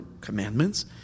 commandments